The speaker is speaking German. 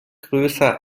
größer